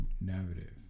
narrative